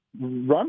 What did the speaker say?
run